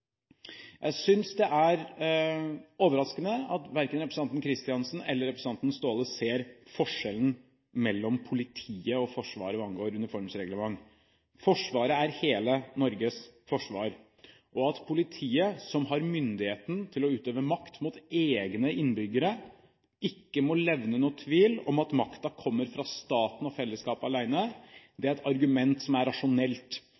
er overraskende at verken representanten Kristiansen eller representanten Staahle ser forskjellen mellom Politiet og Forsvaret hva angår uniformsreglement. Forsvaret er hele Norges forsvar. Når det gjelder Politiet, som har myndighet til å utøve makt mot egne innbyggere, må det ikke levne noen tvil om at makten kommer fra staten og fellesskapet alene. Det er et argument som er rasjonelt.